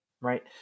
right